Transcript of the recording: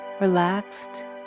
relaxed